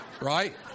right